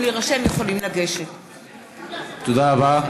תודה רבה.